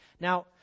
Now